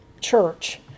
church